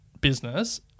business